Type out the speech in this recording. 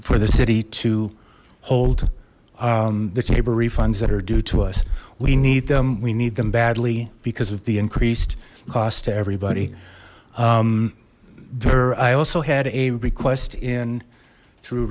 for the city to hold the table refunds that are due to us we need them we need them badly because of the increased cost to everybody there i also had a request in through